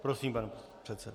Prosím, pane předsedo.